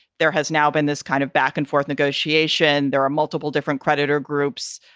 there has now been this kind of back and forth negotiation. there are multiple different creditor groups,